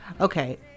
okay